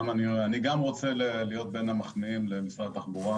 גם אני רוצה להיות בין המחמיאים למשרד התחבורה